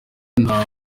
nta